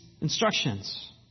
instructions